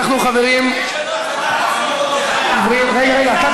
אנחנו, חברים, עוברים, רגע, גם אני רוצה להגיב.